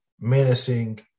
menacing